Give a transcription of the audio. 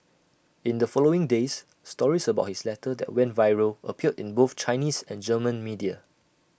in the following days stories about his letter that went viral appeared in both Chinese and German media